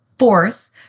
Fourth